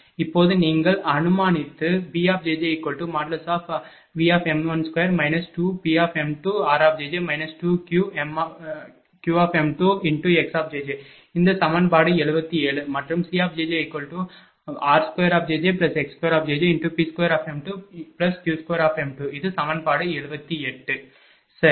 இப்போது நீங்கள் அனுமானித்து bjj|V|2 2Pm2rjj 2Qm2xjj இந்த சமன்பாடு 77 மற்றும் cjjr2jjx2P2m2Q2 இது சமன்பாடு 78 சரி